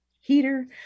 heater